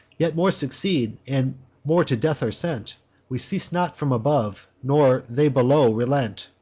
yet more succeed, and more to death are sent we cease not from above, nor they below relent.